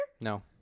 No